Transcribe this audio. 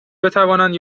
بتوانند